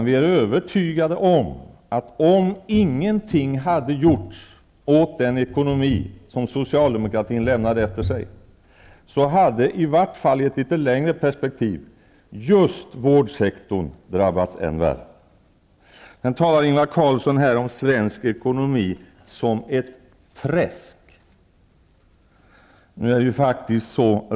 Vi är övertygade om att om ingenting hade gjorts åt den ekonomi som socialdemokratin lämnade efter sig hade, i varje fall i ett litet längre perspektiv, just vårdsektorn drabbats än värre. Sedan talade Ingvar Carlsson om svensk ekonomi som ett träsk.